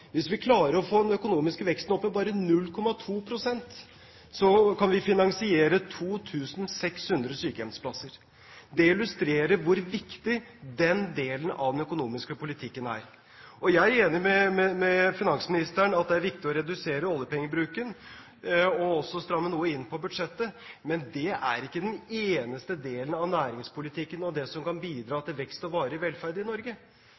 Hvis vi klarer å få den økonomiske veksten opp i bare 0,2 pst., kan vi finansiere 2 600 sykehjemsplasser. Det illustrerer hvor viktig den delen av den økonomiske politikken er. Jeg er enig med finansministeren i at det er viktig å redusere oljepengebruken og også å stramme noe inn på budsjettet. Men det er ikke den eneste delen av næringspolitikken og det som kan bidra til vekst og varig velferd i Norge.